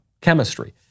chemistry